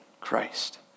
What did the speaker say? Christ